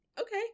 Okay